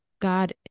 God